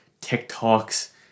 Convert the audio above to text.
TikToks